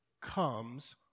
comes